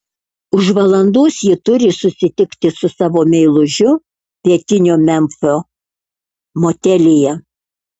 už valandos ji turi susitikti su savo meilužiu pietinio memfio motelyje